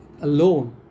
alone